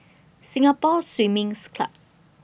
Singapore Swimming's Club